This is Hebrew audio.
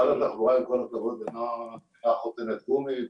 משרד התחבורה, עם כל הכבוד, אינו חותמת גומי.